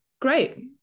great